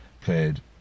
played